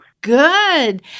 Good